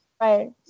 Right